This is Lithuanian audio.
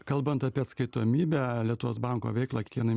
kalbant apie atskaitomybę lietuvos banko veiklą kiekvienai